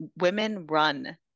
women-run